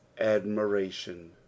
admiration